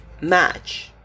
match